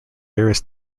various